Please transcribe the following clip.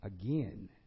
again